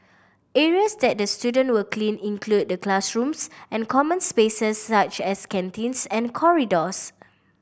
areas that the students will clean include the classrooms and common spaces such as canteens and corridors